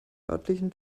örtlichen